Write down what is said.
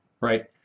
right